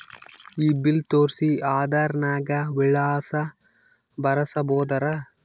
ಈ ಬಿಲ್ ತೋಸ್ರಿ ಆಧಾರ ನಾಗ ವಿಳಾಸ ಬರಸಬೋದರ?